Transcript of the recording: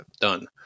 done